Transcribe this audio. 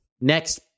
Next